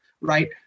right